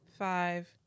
Five